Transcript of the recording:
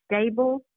stable